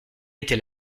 était